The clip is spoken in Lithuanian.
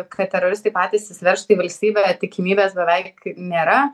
kad teroristai patys įsiveržtų į valstybę tikimybės beveik nėra